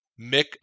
Mick